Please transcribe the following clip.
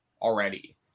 already